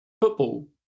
football